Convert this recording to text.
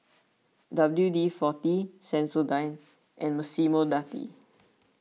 W D forty Sensodyne and Massimo Dutti